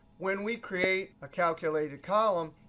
when we create a calculated column,